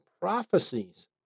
prophecies